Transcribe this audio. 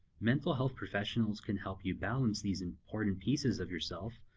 mental health professionals can help you balance these important pieces of yourself,